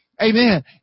Amen